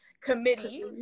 Committee